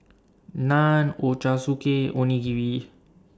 Naan Ochazuke Onigiri